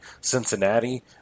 cincinnati